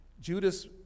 Judas